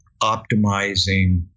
optimizing